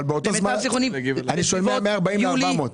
למיטב זכרוני, בסביבות יולי.